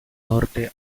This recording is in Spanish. norte